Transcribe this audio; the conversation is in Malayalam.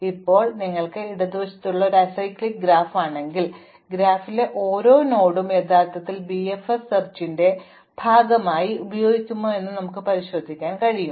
ഇപ്പോൾ നിങ്ങൾ ഇടതുവശത്തുള്ളതുപോലുള്ള ഒരു അസൈക്ലിക്ക് ഗ്രാഫ് ആണെങ്കിൽ ഗ്രാഫിലുള്ള ഓരോ നോഡും യഥാർത്ഥത്തിൽ BFS തിരയലിന്റെ ഭാഗമായി ഉപയോഗിക്കുമോ എന്ന് നിങ്ങൾക്ക് പരിശോധിക്കാൻ കഴിയും